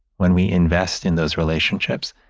when we invest in those relationships,